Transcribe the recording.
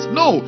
no